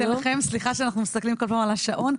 סליחה שאנחנו מסתכלים כל פעם על השעון.